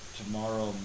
tomorrow